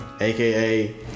aka